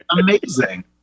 Amazing